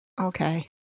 Okay